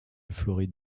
floride